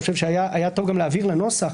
ואני חושב שהיה טוב גם להבהיר לנוסח,